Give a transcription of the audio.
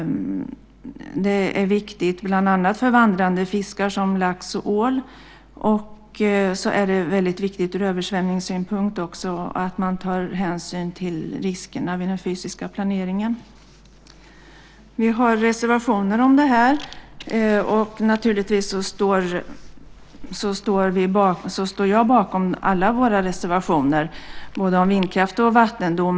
Det är viktigt bland annat för vandrande fiskar som lax och ål. Det är också viktigt ur översvämningssynpunkt att man tar hänsyn till riskerna vid den fysiska planeringen. Vi har reservationer om detta. Jag står naturligtvis bakom alla våra reservationer, både om vindkraft och om vattendom.